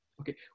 Okay